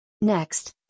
Next